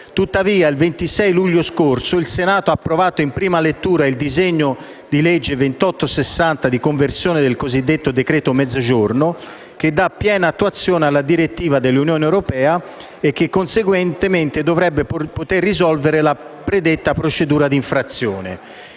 Tuttavia, il 26 luglio scorso il Senato ha approvato in prima lettura il disegno di legge n. 2860 di conversione del cosiddetto decreto Mezzogiorno, che dà piena attuazione alla direttiva dell'Unione europea e che, conseguentemente, dovrebbe poter risolvere la predetta procedura d'infrazione.